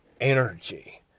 energy